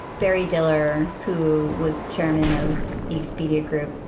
barry diller, who was chairman of the expedia group,